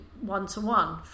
one-to-one